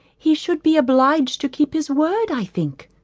he should be obliged to keep his word i think.